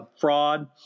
fraud